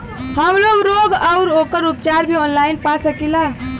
हमलोग रोग अउर ओकर उपचार भी ऑनलाइन पा सकीला?